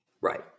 Right